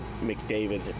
McDavid